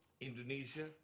Indonesia